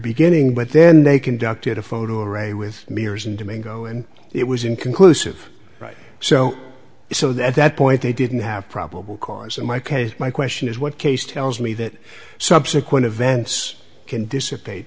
beginning but then they conducted a photo array with mirrors and domingo and it was inconclusive right so so that that point they didn't have probable cause in my case my question is what case tells me that subsequent events can dissipate